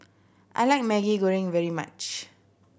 I like Maggi Goreng very much